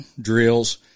drills